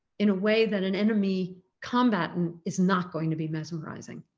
in a way that an enemy combatant is not going to be mesmerising.